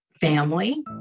family